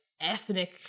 ethnic